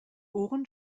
ohren